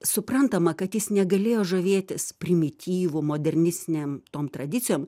suprantama kad jis negalėjo žavėtis primityvu modernistinėm tom tradicijom